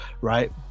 right